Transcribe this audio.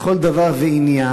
לכל דבר ועניין,